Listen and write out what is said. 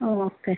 ആ ഓക്കെ